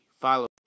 Follow